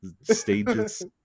Stages